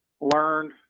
learned